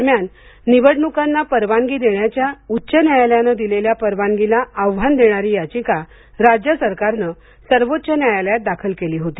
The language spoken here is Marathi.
दरम्यान निवडणुकांना परवानगी देण्याच्या उच्च न्यायालयाने दिलेल्या परवानगीला आव्हान देणारी याचिका राज्य सरकारने सर्वोच्च न्यायालयात दाखल केली होती